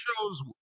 shows